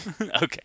Okay